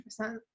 100%